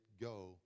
go